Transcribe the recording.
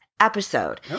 episode